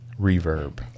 reverb